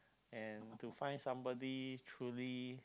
and to find somebody truly